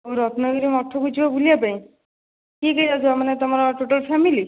ରତ୍ନଗିରି ମଠକୁ ଯିବ ବୁଲିବା ପାଇଁ କିଏ କିଏ ଯାଉଛ ମାନେ ତୁମର ଟୋଟାଲ୍ ଫ୍ୟାମିଲି